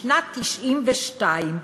משנת 1992,